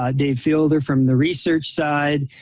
ah dave fielder from the research side.